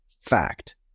fact